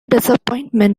disappointment